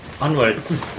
Onwards